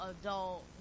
adult